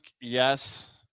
yes